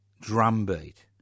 drumbeat